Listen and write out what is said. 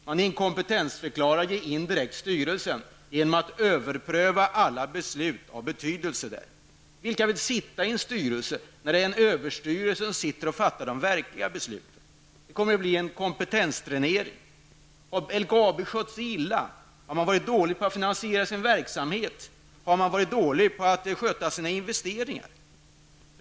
Man inkompetensförklarar indirekt styrelsen genom att överpröva alla beslut av betydelse. Vilka vill sitta i en styrelse där det sitter en överstyrelse som fattar de verkliga besluten? Det kommer att bli en kompetensdränering. Har LKAB skötts illa? Har bolaget varit dåligt på att finansiera sin verksamhet? Har man varit dålig på att sköta sina investeringar.